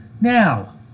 Now